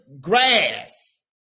grass